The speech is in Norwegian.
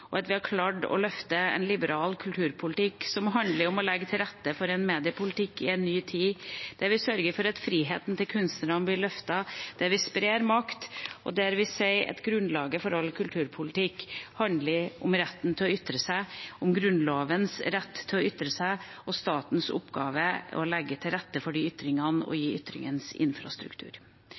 og at vi har klart å løfte en liberal kulturpolitikk som handler om å legge til rette for en mediepolitikk i en ny tid, der vi sørger for at friheten til kunstnerne blir løftet, der vi sprer makt, og der vi sier at grunnlaget for all kulturpolitikk handler om retten til å ytre seg, om Grunnlovens rett til å ytre seg, og der statens oppgave er å legge til rette for de ytringene og ytringenes infrastruktur.